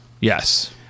Yes